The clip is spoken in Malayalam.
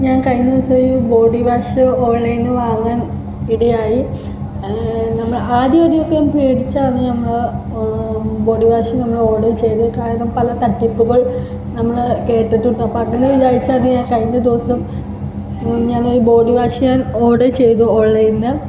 ഞാന് കഴിഞ്ഞ ദിവസം ഒരു ബോഡി വാഷ് ഓണ്ലൈനിന്ന് വാങ്ങാന് റെഡിയായി നമ്മള് ആദ്യം ആദ്യമൊക്കെ പേടിച്ചാണ് നമ്മൾ ബോഡി വാഷ് നമ്മൾ ഓര്ഡര് ചെയ്തത് കാരണം പല തട്ടിപ്പുകള് നമ്മൾ കേട്ടിട്ട് പകൽ ഇതാച്ചാൽ കഴിഞ്ഞ ദിവസം ഞാനൊരു ബോഡി വാഷ് ഓര്ഡര് ചെയ്തു ഓണ്ലൈനിൽ